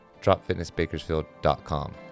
dropfitnessbakersfield.com